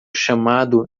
chamado